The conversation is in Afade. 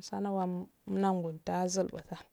sama